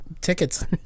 tickets